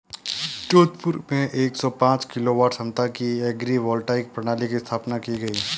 जोधपुर में एक सौ पांच किलोवाट क्षमता की एग्री वोल्टाइक प्रणाली की स्थापना की गयी